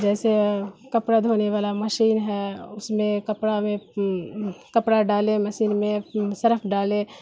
جیسے کپڑا دھونے والا مشین ہے اس میں کپڑا میں کپڑا ڈالے مسین میں سرف ڈالے